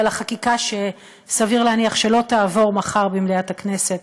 על החקיקה שסביר להניח שלא תעבור מחר במליאת הכנסת,